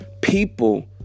people